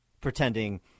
pretending